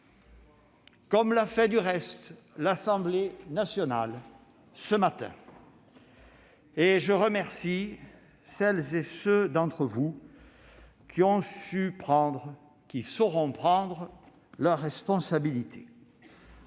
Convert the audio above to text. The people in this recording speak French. comme l'a fait, du reste, l'Assemblée nationale ce matin. Je remercie celles et ceux d'entre vous qui sauront prendre leurs responsabilités.